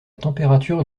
température